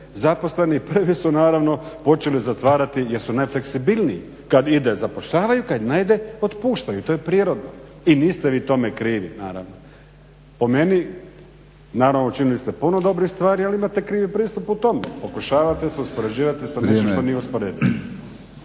zaposlene i prvi su naravno počeli zatvarati jer su nefleksibilniji, kad ide zapošljavaju, kad ne ide otpuštaju i to je prirodno. I niste vi tome krivi, naravno. Po meni naravno učinili ste puno dobrih stvari, ali imate krivi pristup u tome. Pokušavate se uspoređivati sa nečim što nije usporedivo.